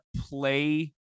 play